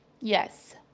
yes